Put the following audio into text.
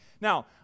Now